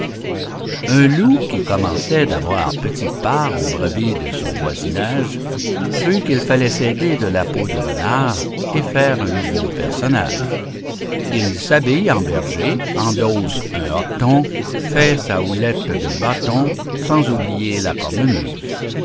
un loup qui commençait d'avoir petite part aux brebis de son voisinage crut qu'il fallait s'aider de la peau du renard et faire un nouveau personnage il s'habille en berger endosse un hoqueton fait sa houlette d'un bâton sans oublier la cornemuse